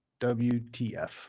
WTF